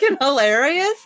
hilarious